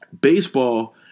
Baseball